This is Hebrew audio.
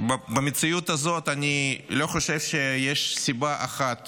במציאות הזאת, אני לא חושב שיש סיבה אחת